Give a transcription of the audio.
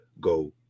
go